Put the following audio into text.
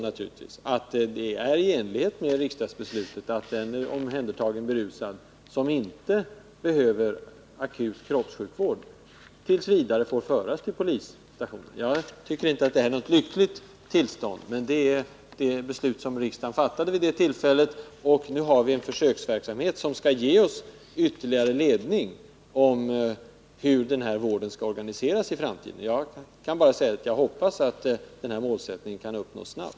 Naturligtvis är det också i enlighet med riksdagsbeslutet att en omhändertagen berusad som inte behöver akut kroppssjukvård t. v. får föras till polisstationen. Jag tycker inte att detta är något lyckligt sakernas tillstånd, men det är det beslut riksdagen fattade vid det tillfället. Nu har vi en försöksverksamhet som skall ge oss ytterligare ledning när det gäller organiserandet av den här vården i framtiden. Jag kan bara säga att jag hoppas att målen kan uppnås snart.